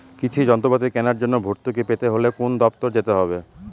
কৃষি যন্ত্রপাতি কেনার জন্য ভর্তুকি পেতে হলে কোন দপ্তরে যেতে হবে?